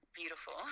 beautiful